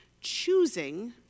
choosing